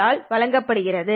all வழங்கப்படுகிறது